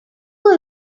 will